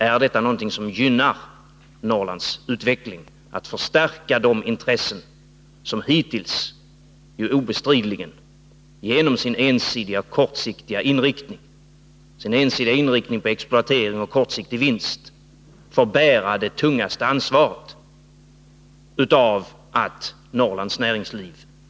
Är detta någonting som gynnar Norrlands utveckling, att man förstärker de intressen som obestridligen — genom sin ensidiga inriktning på kortsiktig vinst — måste anses bära det tyngsta ansvaret för att Norrlands näringsliv har de brister som det nu har?